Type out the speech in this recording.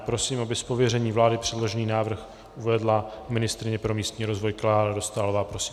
Prosím, aby z pověření vlády předložený návrh uvedla ministryně pro místní rozvoj Klára Dostálová.